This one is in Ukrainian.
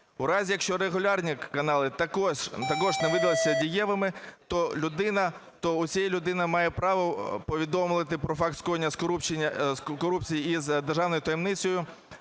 У разі, якщо регулярні канали також не видалися дієвими, то ця людина має право повідомити про факт скоєння корупції із державною таємницею